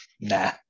nah